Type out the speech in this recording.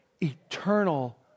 eternal